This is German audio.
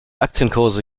aktienkurse